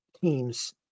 teams